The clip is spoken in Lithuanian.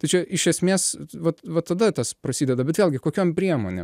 tai čia iš esmės vat vat tada tas prasideda bet vėlgi kokiom priemonėm